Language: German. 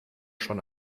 schon